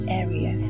area